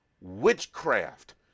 witchcraft